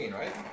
right